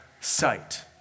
sight